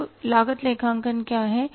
अब लागत लेखांकन क्या है